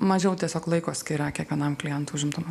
mažiau tiesiog laiko skiria kiekvienam klientui užimtumo